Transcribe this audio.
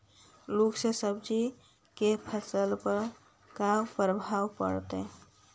लुक से सब्जी के फसल पर का परभाव पड़तै?